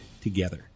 together